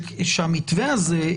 שהמתווה הזה,